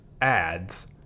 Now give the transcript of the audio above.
ads